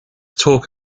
talk